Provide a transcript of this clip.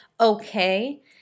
okay